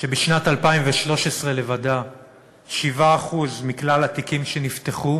שבשנת 2013 לבדה 7% מכלל התיקים שנפתחו